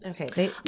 Okay